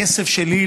בכסף שלי,